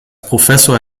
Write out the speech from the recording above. professor